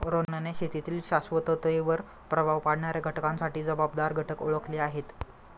रोहनने शेतीतील शाश्वततेवर प्रभाव पाडणाऱ्या घटकांसाठी जबाबदार घटक ओळखले आहेत